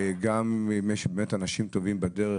וגם אם באמת יש אנשים טובים בדרך,